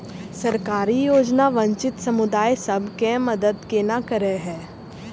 सरकारी योजना वंचित समुदाय सब केँ मदद केना करे है?